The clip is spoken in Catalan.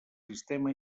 sistema